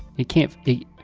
it can't fit.